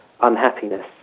unhappiness